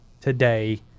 today